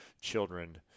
children